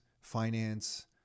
finance